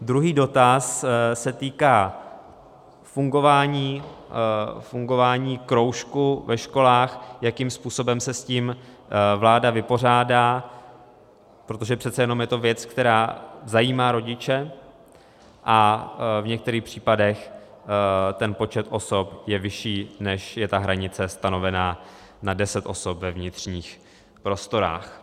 Druhý dotaz se týká fungování kroužků ve školách, jakým způsobem se s tím vláda vypořádá, protože přece jenom je to věc, která zajímá rodiče, a v některých případech ten počet osob je vyšší, než je hranice stanovená na deset osob ve vnitřních prostorách.